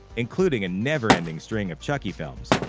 including a never ending string of chucky films.